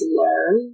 learn